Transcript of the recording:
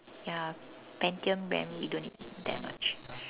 ya Pantium memory we don't need to very much